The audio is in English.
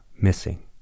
missing